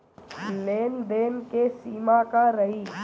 लेन देन के सिमा का रही?